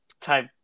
type